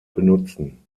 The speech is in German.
benutzen